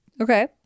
Okay